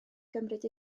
gymryd